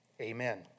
Amen